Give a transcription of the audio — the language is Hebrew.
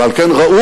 ועל כן ראוי